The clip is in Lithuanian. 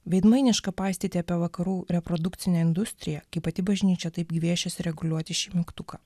veidmainiška paistyti apie vakarų reprodukcinę industriją kai pati bažnyčia taip gviešiasi reguliuoti šį mygtuką